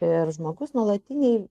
ir žmogus nuolatinėj